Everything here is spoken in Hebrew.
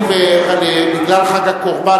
בגלל חג הקורבן,